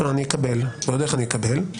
אני אקבל ועוד איך אני אקבל.